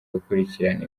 gukurikirana